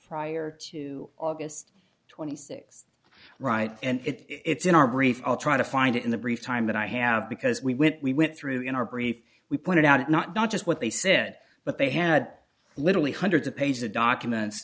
prior to august twenty sixth right and it's in our brief i'll try to find it in the brief time that i have because we when we went through in our brief we pointed out not just what they said but they had literally hundreds of pages of document